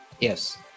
yes